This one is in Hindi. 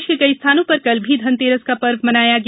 प्रदेश के कई स्थानों पर कल भी धनतेरस का पर्व मनाया गया